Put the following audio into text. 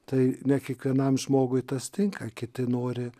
tai ne kiekvienam žmogui tas tinka kiti nori